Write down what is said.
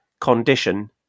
condition